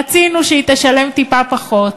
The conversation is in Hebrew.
רצינו שהיא תשלם טיפה פחות,